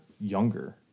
younger